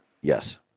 Yes